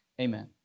Amen